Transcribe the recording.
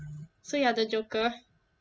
so you are the joker